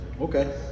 Okay